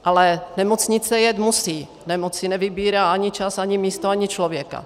Ale nemocnice jet musí, nemoc si nevybírá ani čas, ani místo, ani člověka.